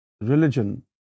religion